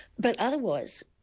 but otherwise,